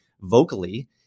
vocally